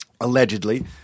allegedly